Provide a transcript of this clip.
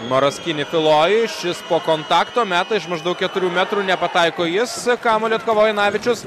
noras kini filojui šis po kontakto metų iš maždaug keturių metrų nepataiko jis kamuolį atkovoja janavičius